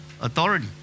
authority